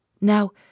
Now